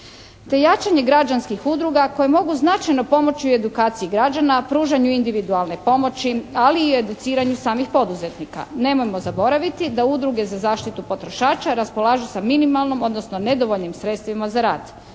te jačanje građanskih udruga koje mogu značajno pomoći u edukaciji građana, pružanju individualne pomoći, ali i educiranju samih poduzetnika. Nemojmo zaboraviti da udruge za zaštitu potrošača raspolažu sa minimalnim, odnosno nedovoljnim sredstvima za rad.